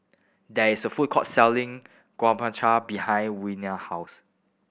there is a food court selling Guacamole behind Warner house